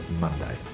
Monday